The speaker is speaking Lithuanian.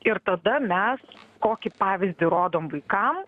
ir tada mes kokį pavyzdį rodom vaikam